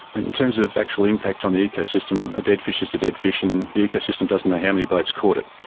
and in terms of actual impact on the ecosystem, a dead fish is a dead fish and the ecosystem doesn't know how many boats caught it.